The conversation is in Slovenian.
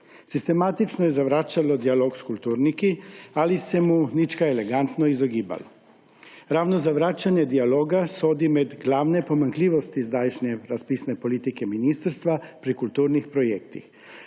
Sistematično je zavračalo dialog s kulturniki ali se mu nič kaj elegantno izogibalo. Ravno zavračanje dialoga sodi med glavne pomanjkljivosti zdajšnje razpisne politike ministrstva pri kulturnih projektih.